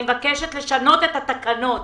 אני מבקשת לשנות את התקנות.